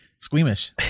Squeamish